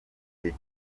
gihe